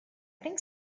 think